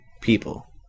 people